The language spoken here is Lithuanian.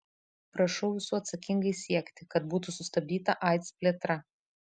prašau visų atsakingai siekti kad būtų sustabdyta aids plėtra